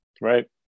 right